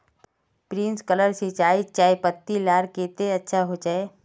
Sprinkler सिंचाई चयपत्ति लार केते अच्छा होचए?